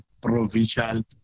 provincial